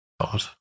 God